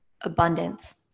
abundance